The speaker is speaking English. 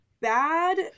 bad